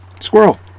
Squirrel